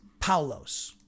paulos